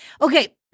Okay